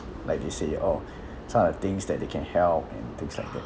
like they say it oh some of the things that they can help and things like that